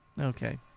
okay